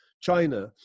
China